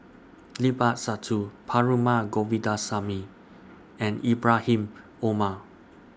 Sabtu Perumal Govindaswamy and Ibrahim Omar